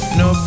no